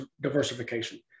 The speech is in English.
diversification